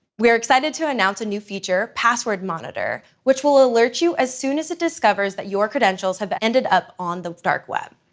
we're excited to announce a new feature, password monitor, which will alert you as soon as it discovers that your credentials have ended up on the dark web.